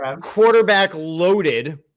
quarterback-loaded